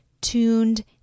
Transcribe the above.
tuned